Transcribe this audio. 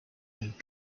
and